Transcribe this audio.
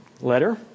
letter